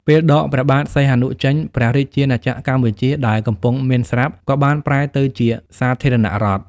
ពេលដកព្រះបាទសីហនុចេញ ព្រះរាជាណាចក្រកម្ពុជាដែលកំពុងមានស្រាប់ក៏បានប្រែទៅជាសាធារណរដ្ឋ។